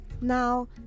Now